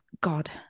God